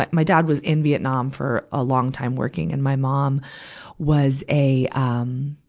like my dad was in vietnam for a long time working. and my mom was a, um,